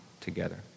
together